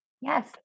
Yes